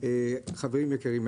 חברים יקרים,